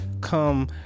come